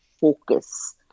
focus